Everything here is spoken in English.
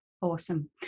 Awesome